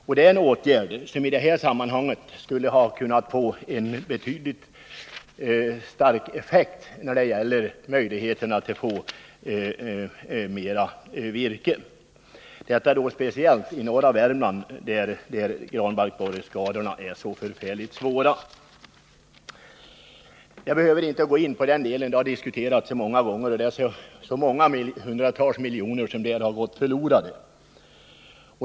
— En sådan bestämmelse skulle i detta sammanhang kunna få en mycket stark effekt när det gäller att få fram mer virke — speciellt i norra Värmland, där granbarkborreskadorna är utomordentligt svåra. Jag behöver inte gå in på den frågan. Den har diskuterats många gånger, och det är känt att många hundratals miljoner kronor där har gått förlorade.